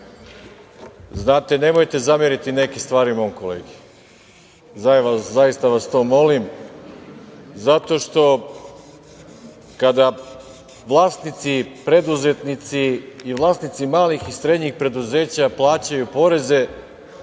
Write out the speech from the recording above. Brnabić, nemojte zameriti neke stvari mom kolegi. Zaista vas to molim, zato što kada vlasnici, preduzetnici i vlasnici malih i srednjih preduzeća plaćaju poreze